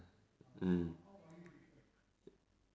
mm